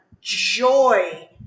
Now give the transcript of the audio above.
joy